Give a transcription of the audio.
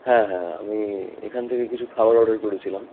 হ্যাঁ হ্যাঁ আমি এখান থেকে কিছু খাবার অর্ডার করেছিলাম